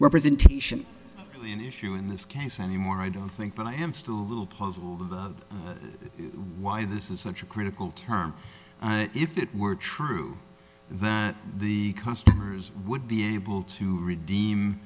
representation in issue in this case anymore i don't think but i am still a little puzzled why this is such a critical term if it were true that the customers would be able to redeem